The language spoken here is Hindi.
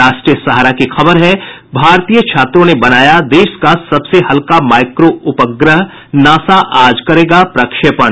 राष्ट्रीय सहारा की खबर है भारतीय छात्रों ने बनाया देश का सबसे हल्का माइक्रो उपग्रह नासा आज करेगा प्रक्षेपण